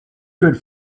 good